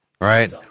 right